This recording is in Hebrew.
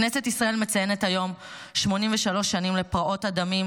כנסת ישראל מציינת היום 83 שנים לפרעות הדמים